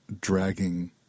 dragging